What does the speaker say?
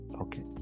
okay